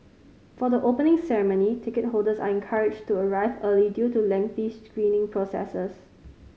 for the Opening Ceremony ticket holders are encouraged to arrive early due to lengthy screening processes